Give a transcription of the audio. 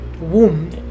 womb